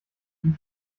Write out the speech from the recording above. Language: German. die